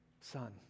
son